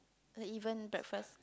even breakfast